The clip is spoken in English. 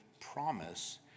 promise